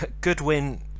Goodwin